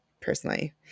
personally